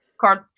card